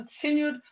continued